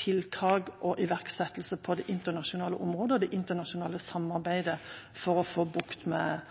tiltak og iverksettelse også på det internasjonale området og i forbindelse med det internasjonale samarbeidet for å få bukt med